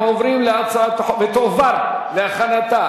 (החלת החוק על חולי פוליו שלקו מחוץ לישראל וטופלו בישראל),